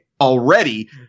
already